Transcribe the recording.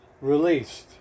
released